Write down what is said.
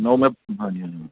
ਲਓ ਮੈਂ ਹਾਂਜੀ ਹਾਂਜੀ